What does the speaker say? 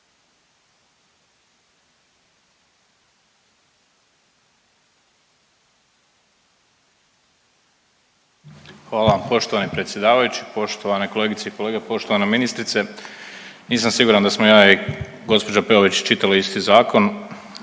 Hvala vam poštovani predsjedavajući. Poštovane kolegice i kolege, poštovana ministrice nisam siguran da smo ja i gospođa Peović čitali isti zakon